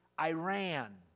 Iran